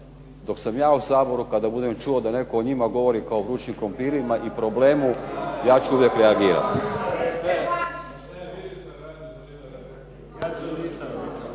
Dok sam ja u Saboru, kada budem čuo da netko o njima govori kao o vrućim krumpirima i problemu ja ću uvijek reagirati.